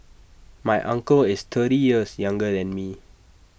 my uncle is thirty years younger than me